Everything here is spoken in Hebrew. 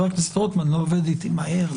אני נועל את הישיבה.